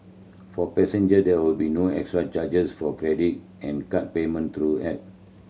for passenger there will be no extra charges for credit and card payment through app